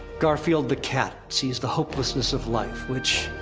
garfield the cat sees the hopelessness of life, which.